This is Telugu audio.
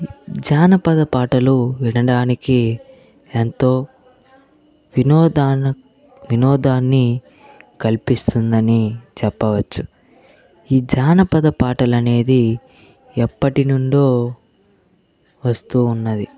జానపద పాటలు వినడానికి ఎంతో వినోదాన్ వినోదాన్ని కల్పిస్తుందని చెప్పవచ్చు ఈ జానపద పాటలనేది ఎప్పటినుండో వస్తూ ఉన్నది